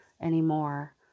anymore